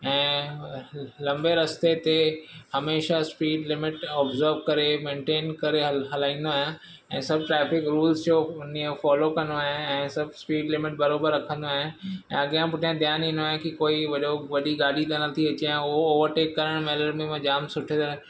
ऐं लंबे रस्ते ते हमेशह स्पीड लिमिट ऑब्ज़व करे मेंटेन करे हल हलाईंदो आहियां ऐं सभु ट्रैफ़िक रूल्स जो नियम फ़ॉलो कंदो आहियां ऐं सभु स्पीड लिमिट बराबरि रखंदो आहियां ऐं अॻियां पुठियां ध्यानु ॾींदो आहियां की कोई वॾो वॾी गाॾी त नथी अचे या उहा ओवरटेक करणु महिल बि मां जाम सुठी तरह